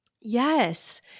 yes